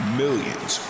millions